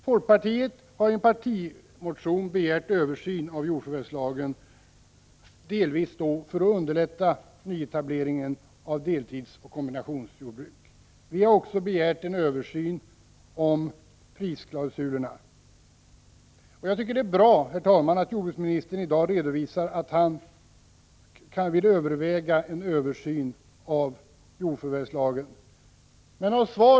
Folkpartiet har i en partimotion begärt en översyn av jordförvärvslagen, delvis för att underlätta nyetableringar av deltidsoch kombinationsjordbruk. Vi har också begärt en översyn av prisklausulerna. Jag tycker, herr talman, att det är bra att jordbruksministern i dag redovisar att han vill överväga en översyn av jordförvärvslagen. Menisvaret = Prot.